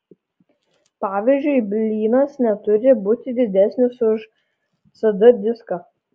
pavyzdžiui blynas neturi būti didesnis už cd diską